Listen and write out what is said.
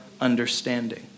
understanding